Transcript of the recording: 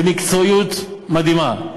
במקצועיות מדהימה,